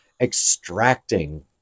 extracting